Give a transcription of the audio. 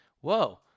Whoa